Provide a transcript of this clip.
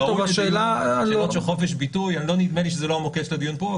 ראוי לדיון שאלות של חופש ביטוי נדמה לי שזה לא המוקד של הדיון פה.